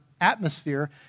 atmosphere